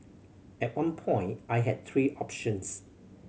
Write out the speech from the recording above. at one point I had three options